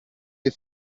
des